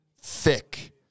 thick